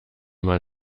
man